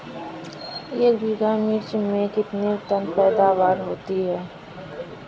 एक बीघा मिर्च में कितने टन पैदावार होती है?